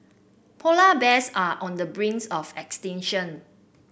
polar bears are on the brink of extinction